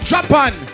Japan